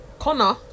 Connor